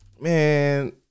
man